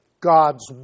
God's